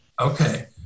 Okay